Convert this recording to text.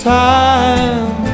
time